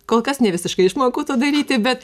kol kas nevisiškai išmokau to daryti bet